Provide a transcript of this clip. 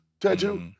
tattoo